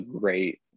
great